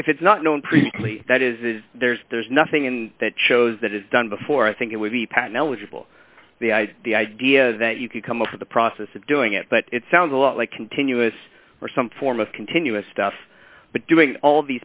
if it's not known previously that is there's there's nothing in that shows that it's done before i think it would be patton eligible the idea that you could come up with a process of doing it but it sounds a lot like continuous or some form of continuous stuff but doing all